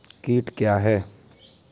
कीट क्या है?